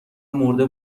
مرده